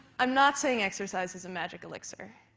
i'm not saying exercise is a magic elixir.